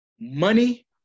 money